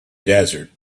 desert